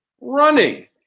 running